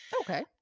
Okay